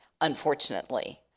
unfortunately